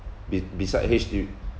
be~ beside H_D_B